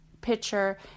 picture